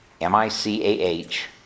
M-I-C-A-H